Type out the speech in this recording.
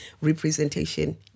representation